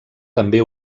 també